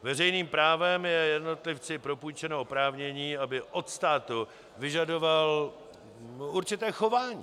Veřejným právem je jednotlivci propůjčeno oprávnění, aby od státu vyžadoval určité chování.